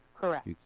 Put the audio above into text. Correct